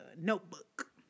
notebook